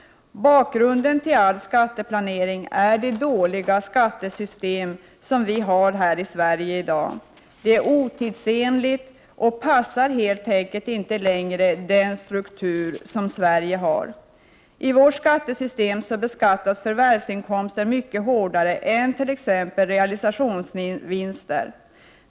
Bakgrunden till all skatteplanering är det dåliga skattesystem som vi i dag har i Sverige. Skattesystemet är otidsenligt och passar helt enkelt inte längre strukturen i Sverige. I vårt skattesystem beskattas förvärvsinkomster mycket hårdare än realisationsvinster.